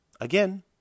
again